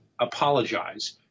apologize